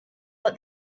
that